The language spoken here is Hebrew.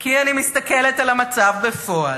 כי אני מסתכלת על המצב בפועל,